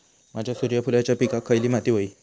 माझ्या सूर्यफुलाच्या पिकाक खयली माती व्हयी?